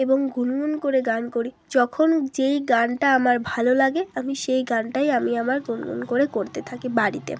এবং গুনগুন করে গান করি যখন যেই গানটা আমার ভালো লাগে আমি সেই গানটাই আমি আমার গুনগুন করতে থাকি বাড়িতে